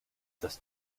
das